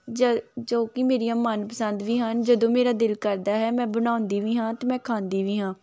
ਜ ਜੋ ਕਿ ਮੇਰੀਆਂ ਮਨ ਪਸੰਦ ਵੀ ਹਨ ਜਦੋਂ ਮੇਰਾ ਦਿਲ ਕਰਦਾ ਹੈ ਮੈਂ ਬਣਾਉਂਦੀ ਵੀ ਹਾਂ ਅਤੇ ਮੈਂ ਖਾਂਦੀ ਵੀ ਹਾਂ